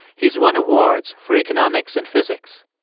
he's won awards for economics and physics.